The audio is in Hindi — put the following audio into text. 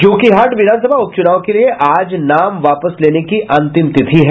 जोकीहाट विधानसभा उपचुनाव के लिये आज नाम वापस लेने की अंतिम तिथि है